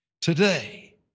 Today